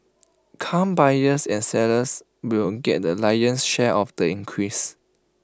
car buyers and sellers will get the lion's share of the increase